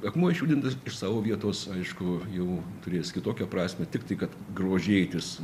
akmuo išjudintas iš savo vietos aišku jau turės kitokią prasmę tiktai kad grožėtis